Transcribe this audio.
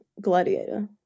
Gladiator